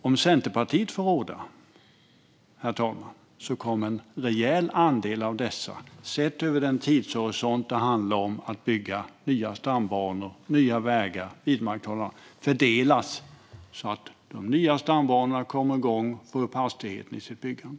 Om Centerpartiet får råda, herr talman, kommer en rejäl andel av dessa, sett över den tidshorisont som det handlar om för att bygga nya stambanor och nya vägar och vidmakthålla de vi har, att fördelas så att bygget av de nya stambanorna kommer igång och får upp hastigheten i sitt byggande.